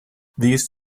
these